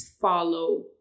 follow